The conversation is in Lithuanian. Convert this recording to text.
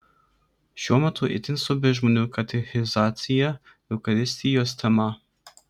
šiuo metu itin svarbi žmonių katechizacija eucharistijos tema